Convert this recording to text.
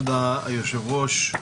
תודה, היושב-ראש.